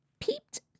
peeped